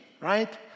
right